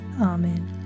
Amen